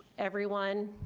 everyone,